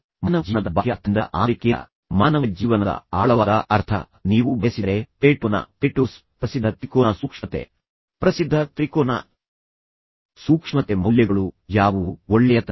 ಮಾನವ ಜೀವನದ ಬಾಹ್ಯ ಅರ್ಥದಿಂದಲ್ಲ ಆಂತರಿಕ ಕೇಂದ್ರಃ ಮಾನವ ಜೀವನದ ಆಳವಾದ ಅರ್ಥ ನೀವು ಬಯಸಿದರೆ ಪ್ಲೇಟೋನ ಪ್ರಸಿದ್ಧ ತ್ರಿಕೋನ ಸೂಕ್ಷ್ಮತೆ ಮೌಲ್ಯಗಳುಃ ಯಾವುವು ಒಳ್ಳೆಯತನ